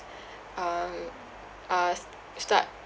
um uh s~ it's like